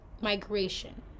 migration